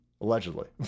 Allegedly